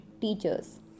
teachers